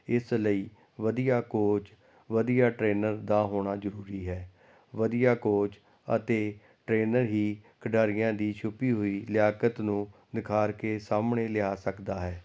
ਇਸ ਲਈ ਵਧੀਆ ਕੋਚ ਵਧੀਆ ਟ੍ਰੇਨਰ ਦਾ ਹੋਣਾ ਜ਼ਰੂਰੀ ਹੈ ਵਧੀਆ ਕੋਚ ਅਤੇ ਟ੍ਰੇਨਰ ਹੀ ਖਿਡਾਰੀਆਂ ਦੀ ਛੁਪੀ ਹੋਈ ਲਿਆਕਤ ਨੂੰ ਨਿਖਾਰ ਕੇ ਸਾਹਮਣੇ ਲਿਆ ਸਕਦਾ ਹੈ